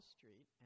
Street